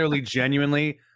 genuinely –